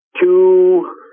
two